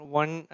one